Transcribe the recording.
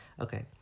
Okay